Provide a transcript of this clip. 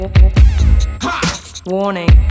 warning